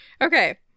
Okay